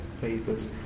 papers